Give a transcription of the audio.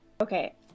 okay